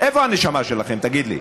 איפה הנשמה שלכם, תגיד לי?